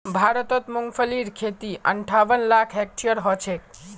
भारतत मूंगफलीर खेती अंठावन लाख हेक्टेयरत ह छेक